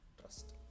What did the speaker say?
trust